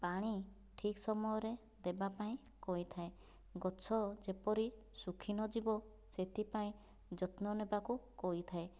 ପାଣି ଠିକ ସମୟରେ ଦେବା ପାଇଁ କହିଥାଏ ଗଛ ଯେପରି ଶୁଖି ନଯିବ ସେଥିପାଇଁ ଯତ୍ନ ନେବାକୁ କହିଥାଏ